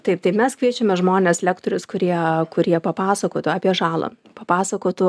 taip tai mes kviečiame žmones lektorius kurie kurie papasakotų apie žalą papasakotų